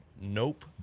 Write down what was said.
nope